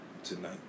tonight